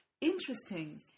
interesting